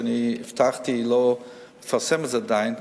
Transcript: אני הבטחתי לא לפרסם את זה עדיין,